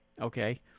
Okay